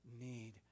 need